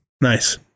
Nice